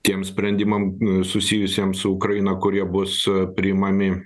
tiem sprendimam susijusiems su ukraina kur jie bus priimami